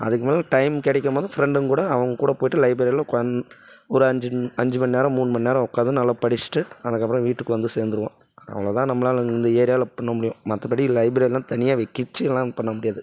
அதுக்கு மேலே டைம் கிடைக்கும்போது ஃப்ரெண்டுங்கூட அவங்கூட போய்விட்டு லைப்பெரியில கொண் ஒரு அஞ்சு அஞ்சு மண்நேரம் மூண் மண்நேரம் உக்காந்து நல்லா படிஷ்கிட்டு அதுக்கப்புறம் வீட்டுக்கு வந்து சேரந்துருவோம் அவ்வளோ தான் நம்மளால் இந்த ஏரியாவில பண்ண முடியும் மற்றபடி லைப்ரெரிலாம் தனியாக வைக்கச்சிலாம் பண்ண முடியாது